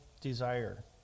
desire